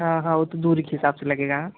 हाँ हाँ वह तो दूरी के हिसाब से लगेगा